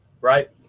right